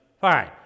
fine